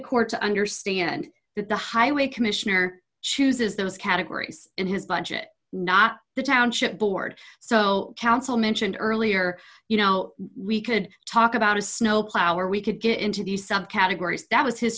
court to understand that the highway commissioner chooses those categories in his budget not the township board so council mentioned earlier you know we could talk about a snowplow or we could get into the subcategories that was his